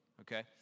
okay